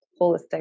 holistic